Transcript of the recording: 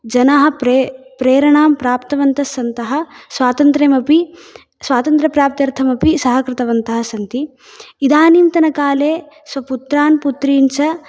जनाः प्रे प्रेरणां प्राप्तवन्तः सन्तः स्वातन्त्र्यमपि स्वातन्त्रप्राप्त्यर्थमपि सहकृतवन्तः सन्ति इदानीन्तकाले स्वपुत्रान् पुत्रीन् च